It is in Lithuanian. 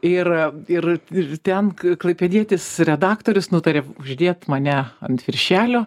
ir ir ir ten klaipėdietis redaktorius nutarė uždėt mane ant viršelio